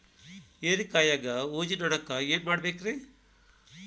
ಹೇರಿಕಾಯಾಗ ಊಜಿ ನೋಣಕ್ಕ ಏನ್ ಮಾಡಬೇಕ್ರೇ?